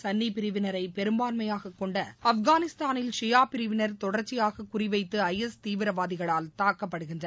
சன்னி பிரிவினரை பெரும்பான்மையாக கொண்ட ஆப்கானிஸ்தானில் ஷியா பிரிவினர் தொடர்ச்சியாக குறிவைத்து ஐ எஸ் தீவிரவாதிகளால் தாக்கப்படுகின்றனர்